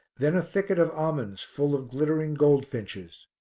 then a thicket of almonds full of glittering goldfinches,